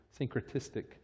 syncretistic